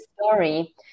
story